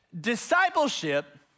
Discipleship